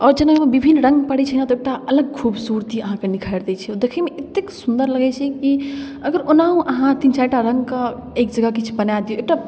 आओर कि छै ने विभिन्न रङ्ग पड़ै छै ने तऽ एकटा अलग खूबसूरती अहाँके निखारि दै छै ओ देखैमे एतेक सुन्दर लगै छै कि अगर ओनाहिओ अहाँ तीन चारिटा रङ्गके एक जगह किछु बना देब एकटा